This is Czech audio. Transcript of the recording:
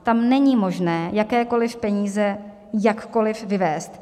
Tam není možné jakékoliv peníze jakkoliv vyvést.